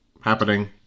happening